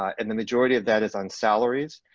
and the majority of that is on salaries,